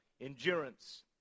Endurance